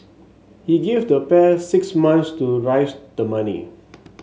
he gave the pair six months to raise the money